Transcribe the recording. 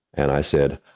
and i said,